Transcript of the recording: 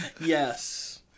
Yes